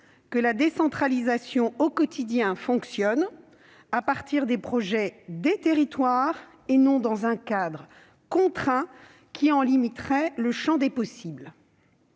que la décentralisation au quotidien fonctionne à partir des projets des territoires, et non dans un cadre contraint qui en limiterait le champ des possibles.